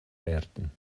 werden